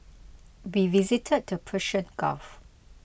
we visited the Persian Gulf